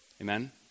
Amen